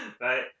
Right